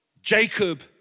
Jacob